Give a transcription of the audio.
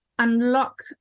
unlock